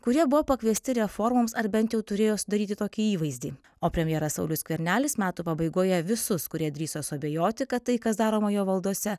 kurie buvo pakviesti reformoms ar bent jau turėjo sudaryti tokį įvaizdį o premjeras saulius skvernelis metų pabaigoje visus kurie drįso suabejoti kad tai kas daroma jo valdose